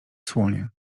słonie